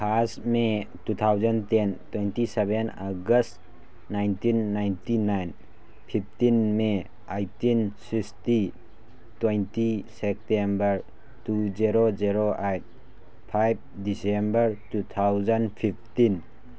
first may two thousand ten twenty seven August nineteen ninety nine fifteen may eighteen sixty twenty September two zero zero eight five December two thousand fifteen